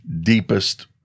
deepest